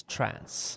Trance